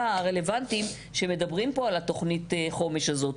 הרלוונטיים שמדברים פה על התוכנית חומש הזאת.